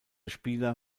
spieler